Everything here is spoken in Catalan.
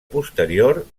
posterior